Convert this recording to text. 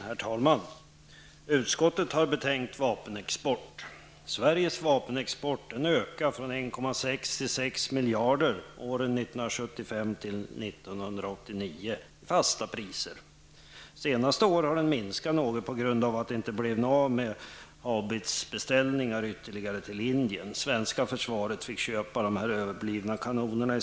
Herr talman! Utskottet har behandlat vapenexport. Sveriges vapenexport ökade från 1,6 till 6 miljarder i fasta priser åren 1975--1989. Under de senaste åren har den minskat något på grund av att det inte blev något av med ytterligare haubitsbeställningar till Indien. Det svenska försvaret fick i stället köpa de överblivna kanonerna.